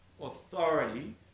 authority